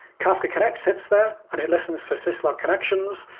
kafka connect sits there and it lessens for sys log connections.